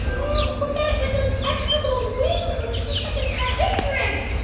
oh, look at it with those extra little wings. looks just like a caudipteryx.